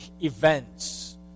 events